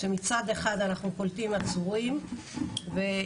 שמצד אחד אנחנו קולטים עצורים ומהדרך